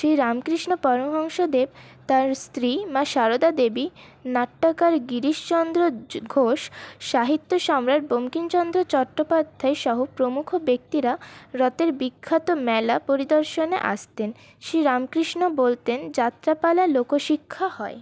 শ্রীরামকৃষ্ণ পরমহংসদেব তার স্ত্রী মা সারদা দেবী নাট্যকার গিরিশচন্দ্র ঘোষ সাহিত্য সম্রাট বঙ্কিমচন্দ্র চট্টোপাধ্যায় সহ প্রমুখ ব্যক্তিরা রথের বিখ্যাত মেলা পরিদর্শনে আসতেন শ্রীরামকৃষ্ণ বলতেন যাত্রাপালা লোকশিক্ষা হয়